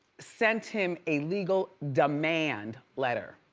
sent him a legal demand letter,